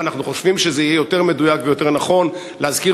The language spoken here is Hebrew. אנחנו חושבים שזה יהיה יותר מדויק ויותר נכון להזכיר